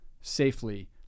safely